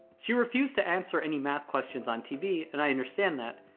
she refused to answer any math questions on tv and i understand that.